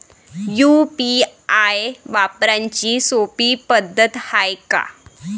UPI वापराची सोपी पद्धत हाय का?